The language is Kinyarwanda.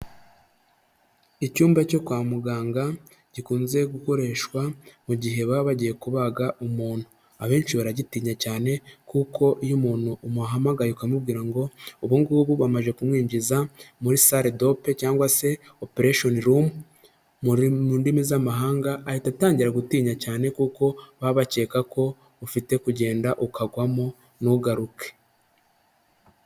Icyumba cyo kwa muganga gikunze gukoreshwa mu gihe baba bagiye kubaga umuntu. Abenshi baragitinya cyane kuko iyo umuntu umuhamagaye ukamubwira ngo ubu ngubu bamaze kumwinjiza muri sare dope cyangwa se operesheni rumu mu ndimi z'amahanga ahita atangira gutinya cyane kuko baba bakeka ko ufite kugenda ukagwamo ntugaruke.